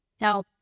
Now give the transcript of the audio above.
Now